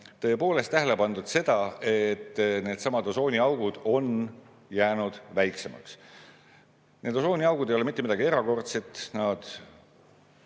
tõepoolest tähele pandud seda, et needsamad osooniaugud on jäänud väiksemaks. Need osooniaugud ei ole mitte midagi erakordset, nad